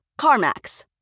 CarMax